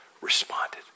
responded